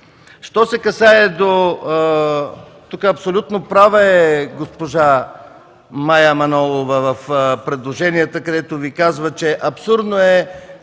го е отхвърлила. Абсолютно права е госпожа Мая Манолова в предложенията, в които казва, че е абсурдно